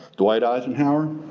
dwight eisenhower,